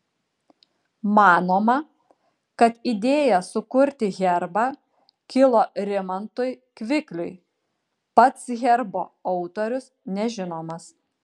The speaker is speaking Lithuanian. manoma kad idėja sukurti herbą kilo rimantui kvikliui pats herbo autorius nežinomas